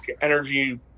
energy